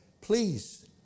Please